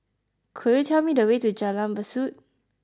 could you tell me the way to Jalan Besut